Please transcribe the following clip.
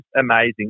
amazing